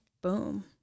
Boom